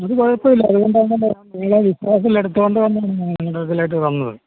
അത് കുഴപ്പമില്ല നിങ്ങളെ വിശ്വാസത്തിൽ എടുത്തോണ്ട് വന്നത് ഇതിലേക്ക് വന്നത്